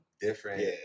different